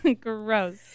Gross